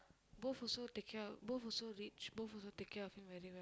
both also take care both also rich both also take care of him very well